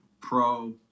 pro